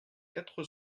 quatre